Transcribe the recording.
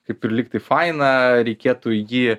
kaip ir lygtai faina reikėtų jį